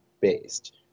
based